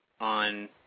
on